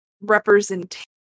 representation